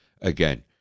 again